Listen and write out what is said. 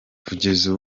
kugeza